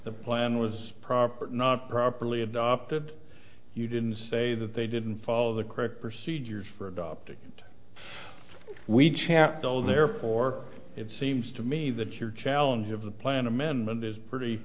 the plan was proper not properly adopted you didn't say that they didn't follow the correct procedures for adopting we chapels therefore it seems to me that your challenge of the plan amendment is pretty